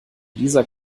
dieser